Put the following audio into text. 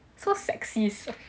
so sexist